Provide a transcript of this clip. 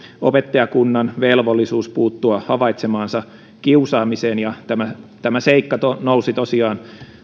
opettajakunnan velvollisuus puuttua havaitsemaansa kiusaamiseen ja tämä tämä seikka nousi tosiaan